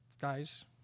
guys